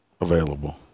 available